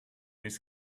his